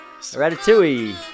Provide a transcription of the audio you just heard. Ratatouille